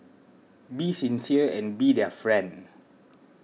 be sincere and be their friend